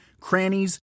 crannies